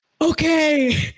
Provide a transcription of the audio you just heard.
okay